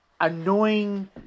annoying